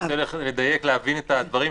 אני רוצה לדייק, להבין את הדברים.